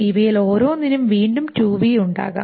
ഇവയിൽ ഓരോന്നിനും വീണ്ടും ഉണ്ടാകാം